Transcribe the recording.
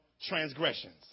transgressions